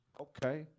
Okay